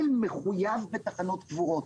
באבל מחויב בתחנות קבועות.